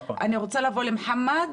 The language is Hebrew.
אני רוצה לבוא למוחמד,